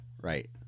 right